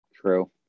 True